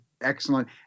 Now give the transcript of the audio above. excellent